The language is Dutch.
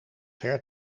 ver